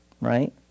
right